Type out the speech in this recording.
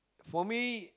for me